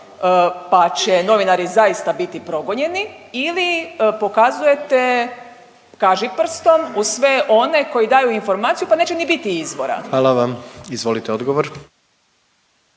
pa će novinari zaista biti progonjeni ili pokazujete kažiprstom u sve one koji daju informacije pa neće ni biti izvora? **Jandroković, Gordan